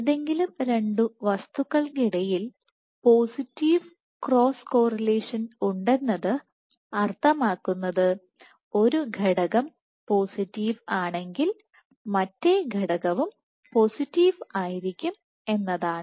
ഏതെങ്കിലും രണ്ട് വസ്തുക്കൾക്കിടയിൽ പോസിറ്റീവ് ക്രോസ് കോറിലേഷൻ ഉണ്ടെന്നത് അർത്ഥമാക്കുന്നത് ഒരു ഘടകം പോസിറ്റീവ് ആണെങ്കിൽ മറ്റേ ഘടകവും പോസിറ്റീവ് ആയിരിക്കും എന്നാണ്